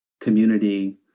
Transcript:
community